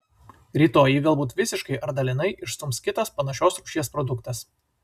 rytoj jį galbūt visiškai ar dalinai išstums kitas panašios rūšies produktas